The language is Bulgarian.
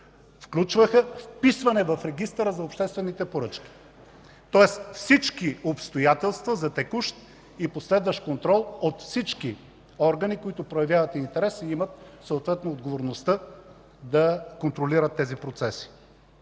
включваха вписване в Регистъра за обществените поръчки, тоест всички обстоятелства за текущ и последващ контрол от всички органи, които проявяват интерес и имат съответно отговорността да контролират тези процеси.